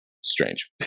strange